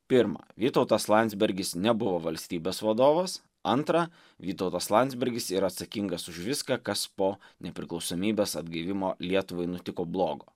pirma vytautas landsbergis nebuvo valstybės vadovas antra vytautas landsbergis yra atsakingas už viską kas po nepriklausomybės atgavimo lietuvai nutiko blogo